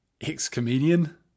ex-comedian